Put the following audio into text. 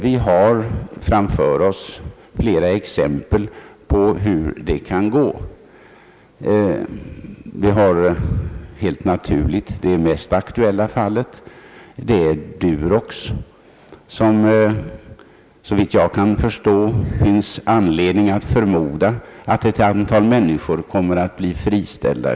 Vi har framför oss flera exempel på hur det kan gå. Det mest aktuella fallet är helt naturligt Durox, där såvitt jag kan förstå det finns anledning att förmoda att ett antal människor kommer att bli friställda.